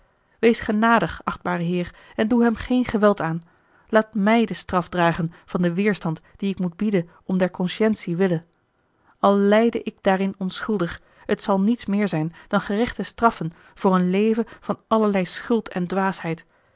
wees genadig achtbare heer en doe hem geen geweld aan laat mij de straf dragen van den weêrstand dien ik moet bieden om der consciëntie wille al lijde ik daarin onschuldig het zal niets meer zijn dan eel gerechte straffe voor een leven van allerlei schuld en dwaasheid